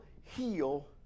heal